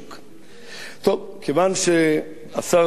כיוון שהשר לעניינים אסטרטגיים,